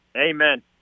Amen